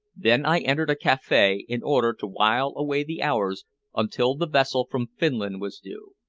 then i entered a cafe in order to while away the hours until the vessel from finland was due.